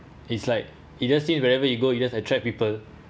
it's like it just seem wherever you go you just attract people